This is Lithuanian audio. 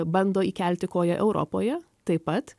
bando įkelti koją europoje taip pat